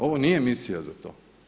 Ovo nije misija za to.